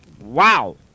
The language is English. Wow